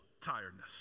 tiredness